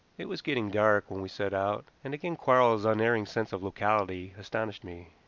it was getting dark when we set out, and again quarles's unerring sense of locality astonished me.